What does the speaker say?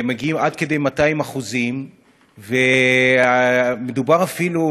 שמגיע עד כדי 200%. מדובר אפילו,